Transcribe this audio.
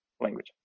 language